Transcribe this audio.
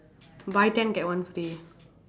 buy ten get one free